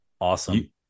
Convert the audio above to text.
Awesome